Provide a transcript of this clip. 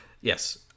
Yes